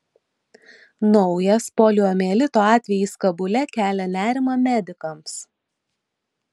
naujas poliomielito atvejis kabule kelia nerimą medikams